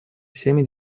всеми